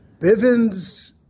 Bivens